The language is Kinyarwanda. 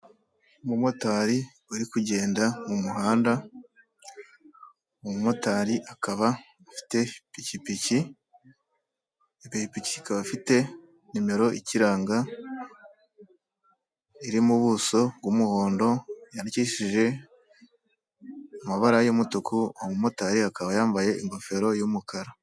Umumotari uri kugenda mu muhanda, umumotari akaba afite ipikipiki, ipikipiki ikaba ifite nimero iyiranga iri mu buso bw'umuhondo yandikishije amabara y'umutuku, umumotari akaba yambaye ingofero y'umukara.